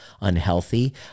unhealthy